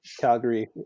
Calgary